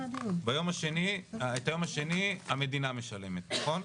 את היום השני המדינה משלמת, נכון?